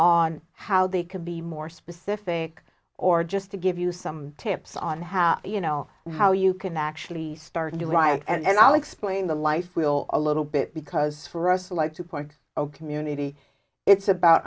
on how they can be more specific or just to give you some tips on how you know how you can actually start a new riot and i'll explain the life will a little bit because for us i like to point out community it's about